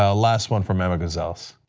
ah last one from emma gonzales.